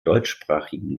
deutschsprachigen